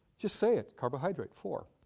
just say it, carbohydrate. four.